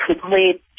complete